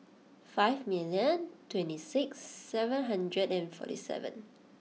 five million twenty six seven hundred and forty seven